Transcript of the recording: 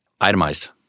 itemized